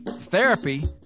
Therapy